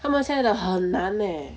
他们现在的很难 eh